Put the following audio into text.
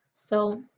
so